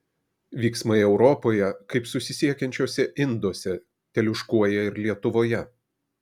vyksmai europoje kaip susisiekiančiuose induose teliūškuoja ir lietuvoje